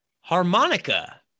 Harmonica